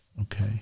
okay